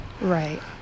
Right